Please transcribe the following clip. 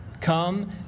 Come